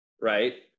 right